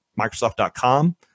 Microsoft.com